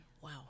Wow